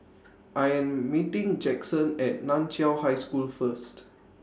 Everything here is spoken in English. I Am meeting Jaxon At NAN Chiau High School First